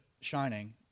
shining